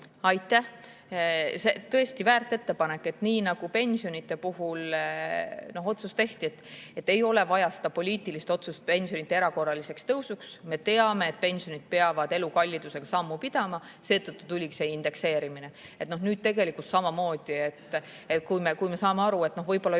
Aitäh! Tõesti väärt ettepanek. Pensionide puhul ju tehti otsus, et ei ole vaja poliitilist otsust pensionide erakorraliseks tõusuks. Me teame, et pensionid peavad elukallidusega sammu pidama, seetõttu tuligi see indekseerimine. Nüüd me tegelikult samamoodi saame aru, et võib-olla ei